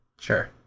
Sure